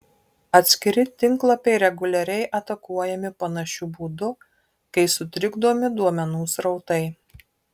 atskiri tinklapiai reguliariai atakuojami panašiu būdu kai sutrikdomi duomenų srautai